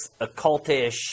occultish